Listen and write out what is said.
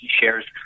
shares